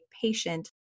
patient